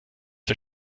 der